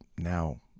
now